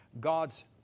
God's